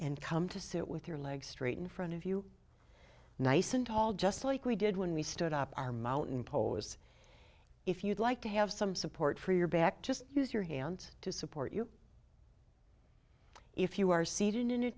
and come to sit with your legs straight in front of you nice and tall just like we did when we stood up our mountain pose if you'd like to have some support for your back just use your hands to support you if you are seated in a